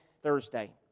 Thursday